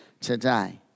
today